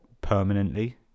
permanently